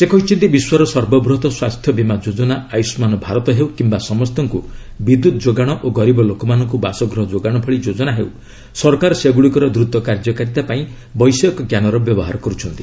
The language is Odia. ସେ କହିଛନ୍ତି ବିଶ୍ୱର ସର୍ବବୃହତ୍ ସ୍ୱାସ୍ଥ୍ୟ ବୀମା ଯୋଜନା 'ଆୟୁଷ୍ମାନ ଭାରତ' ହେଉ କିମ୍ବା ସମସ୍ତଙ୍କୁ ବିଦ୍ୟୁତ୍ ଯୋଗାଣ ଓ ଗରିବ ଲୋକମାନଙ୍କୁ ବାସଗୃହ ଯୋଗାଣ ଭଳି ଯୋଜନା ହେଉ ସରକାର ସେଗୁଡ଼ିକର ଦ୍ରତ କାର୍ଯ୍ୟକାରିତା ପାଇଁ ବୈଷୟିକ ଜ୍ଞାନର ବ୍ୟବହାର କରୁଛନ୍ତି